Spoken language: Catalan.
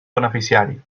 beneficiari